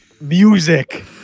Music